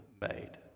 made